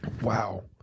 wow